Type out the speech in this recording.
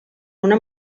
una